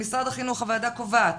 למשרד החינוך הוועדה קובעת,